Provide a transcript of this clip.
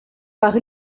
par